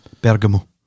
Bergamo